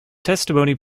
testimony